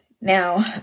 Now